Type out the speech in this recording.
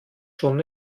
schon